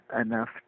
enough